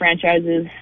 franchises